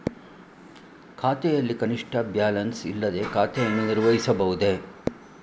ಖಾತೆಯಲ್ಲಿ ಕನಿಷ್ಠ ಬ್ಯಾಲೆನ್ಸ್ ಇಲ್ಲದೆ ಖಾತೆಯನ್ನು ನಿರ್ವಹಿಸಬಹುದೇ?